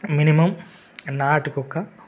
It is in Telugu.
మినిమం నాటుకోక